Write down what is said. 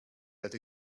that